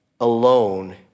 alone